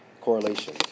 correlation